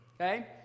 Okay